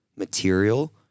material